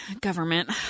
Government